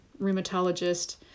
rheumatologist